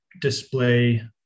display